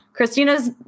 Christina's